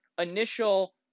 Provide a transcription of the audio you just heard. initial